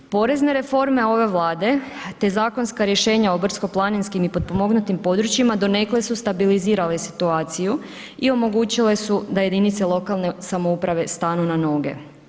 Porezne reforme ove Vlade te zakonska rješenja o brdsko-planinskim i potpomognutim područjima donekle su stabilizirali situaciju i omogućile su da jedinice lokalne samouprave stanu na noge.